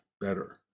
better